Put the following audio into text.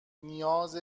نیاز